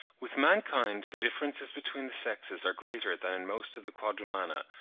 with mankind the differences between the sexes are greater than in most of the quadrumana,